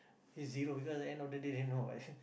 is zero because end of they day